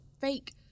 fake